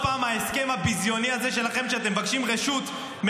אז הוא יוציא לבד את הצווים,